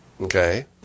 Okay